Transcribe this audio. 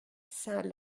saint